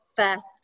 first